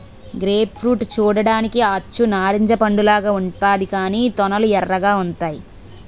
grape fruit చూడ్డానికి అచ్చు నారింజ పండులాగా ఉంతాది కాని తొనలు ఎర్రగా ఉంతాయి